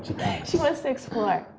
she wants to explore.